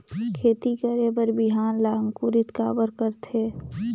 खेती करे बर बिहान ला अंकुरित काबर करथे?